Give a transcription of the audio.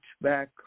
back